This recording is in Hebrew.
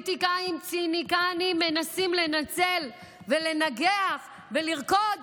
שפוליטיקאים ציניקנים מנסים לנצל ולנגח ולרקוד